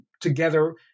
together